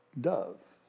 dove